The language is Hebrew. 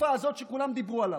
בתקופה הזאת שכולם דיברו עליו,